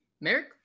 Merrick